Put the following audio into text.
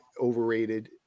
overrated